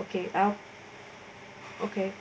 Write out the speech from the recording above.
okay okay